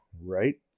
Right